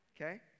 okay